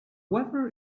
weather